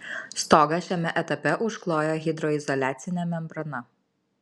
stogą šiame etape užklojo hidroizoliacine membrana